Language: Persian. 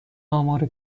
آمار